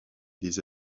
des